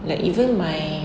like even my